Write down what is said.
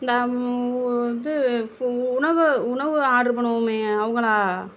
இந்த இது உணவு உணவு ஆடரு பண்ணுவோமே அவங்களா